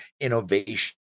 innovation